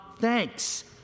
thanks